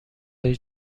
دارین